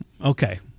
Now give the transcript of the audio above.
Okay